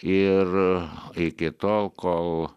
ir iki tol kol